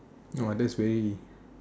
!wah! that's very